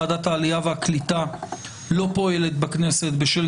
ועדת העלייה והקליטה לא פועלת בכנסת בשל